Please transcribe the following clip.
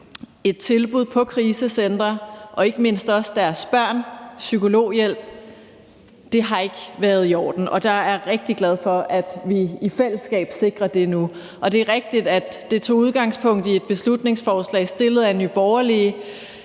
et tilbud på krisecentreog ikke mindst deres børn psykologhjælp, er ikke i orden, og jeg er rigtig glad for, at vi i fællesskab sikrer det nu. Det er rigtigt, at det tog udgangspunkt i et beslutningsforslag fremsat af Nye Borgerlige,